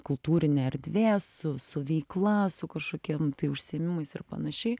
kultūrinė erdvė su su veikla su kažkokiem tai užsiėmimais ir panašiai